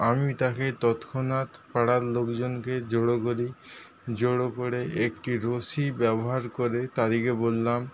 আমি তাকে তৎক্ষণাৎ পাড়ার লোকজনকে জড়ো করি জড়ো করে একটি রশি ব্যবহার করে তাদেরকে বললাম